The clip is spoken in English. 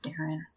Darren